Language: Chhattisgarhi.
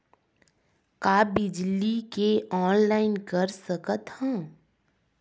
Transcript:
का बिजली के ऑनलाइन कर सकत हव?